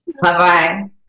Bye-bye